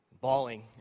bawling